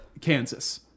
Kansas